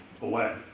away